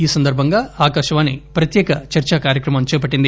ఈ సందర్బంగా ఆకాశవాణి ప్రత్యేక చర్చా కార్యక్రమం చేపట్టింది